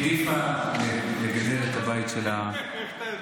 היא העדיפה לגדל את הבית שלה ולתת